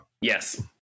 Yes